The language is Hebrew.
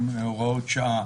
הם הוראות שעה.